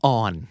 on